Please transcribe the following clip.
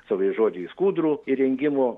savais žodžiais kūdrų įrengimo